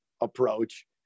approach